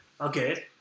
Okay